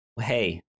hey